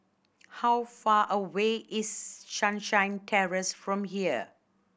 how far away is Sunshine Terrace from here